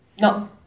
No